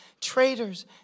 traitors